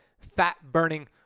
fat-burning